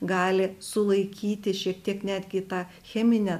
gali sulaikyti šiek tiek netgi tą cheminę